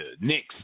Knicks